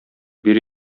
бир